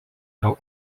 dėl